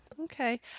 Okay